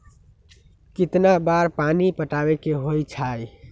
कितना बार पानी पटावे के होई छाई?